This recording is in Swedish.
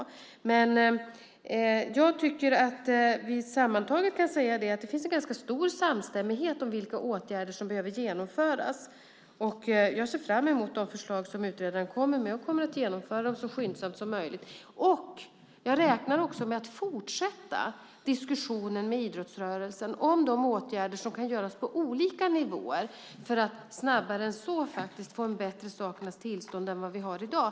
Sammantaget tycker jag att man kan säga att det finns en ganska stor samstämmighet om vilka åtgärder som behöver genomföras, och jag ser fram mot de förslag som utredaren kommer att lägga fram och kommer att genomföra dem så skyndsamt som möjligt. Jag räknar också med att fortsätta diskussionen med idrottsrörelsen om de åtgärder som kan vidtas på olika nivåer för att man snabbare än så ska få en bättre sakernas tillstånd än vad vi har i dag.